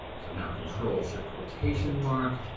so now control shift quotation mark,